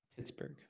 Pittsburgh